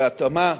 בהתאמה,